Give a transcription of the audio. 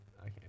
Okay